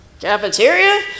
cafeteria